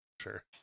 sure